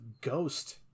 ghost